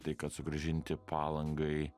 tai kad sugrąžinti palangai